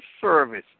service